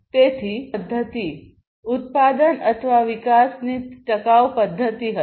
તેથી તે ઉત્પાદનની ટકાઉ પદ્ધતિ ઉત્પાદન અથવા વિકાસની ટકાઉ પદ્ધતિ હશે